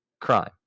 crime